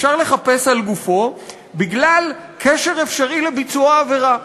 אפשר לחפש על גופו בגלל קשר אפשרי לביצוע העבירה,